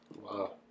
Wow